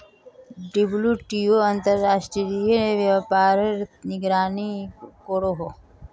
WTO अंतर्राश्त्रिये व्यापारेर निगरानी करोहो